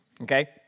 Okay